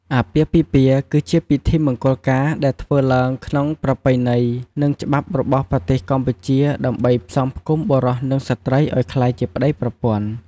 អាពាហ៍ពិពាហ៍ គឺជាពិធីមង្គលការដែលធ្វើឡើងក្នុងប្រពៃណី និងច្បាប់របស់ប្រទេសកម្ពុជា ដើម្បីផ្សំផ្គុំបុរសនិងស្ត្រីឲ្យក្លាយជាប្ដីប្រពន្ធ។